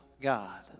God